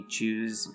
choose